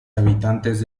habitantes